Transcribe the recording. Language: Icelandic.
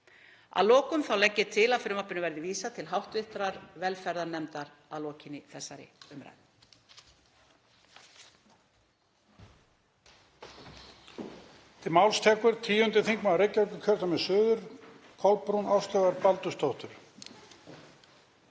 Að lokum legg ég til að frumvarpinu verði vísað til hv. velferðarnefndar að lokinni þessari umræðu.